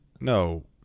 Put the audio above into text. no